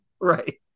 right